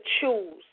choose